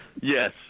Yes